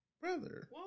Brother